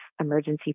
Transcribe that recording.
emergency